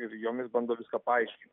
ir jomis bando viską paaiškinti